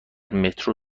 مترو